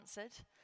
answered